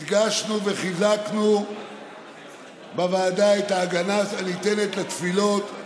הדגשנו וחיזקנו בוועדה את ההגנה הניתנת לתפילות,